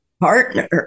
partner